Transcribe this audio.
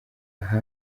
aha